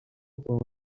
بال